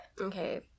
Okay